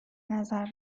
نظر